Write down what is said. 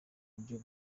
buryo